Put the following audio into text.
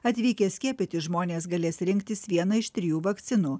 atvykę skiepytis žmonės galės rinktis vieną iš trijų vakcinų